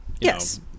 Yes